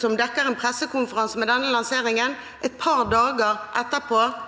som dekker en pressekonferanse om denne lanseringen, et par dager etterpå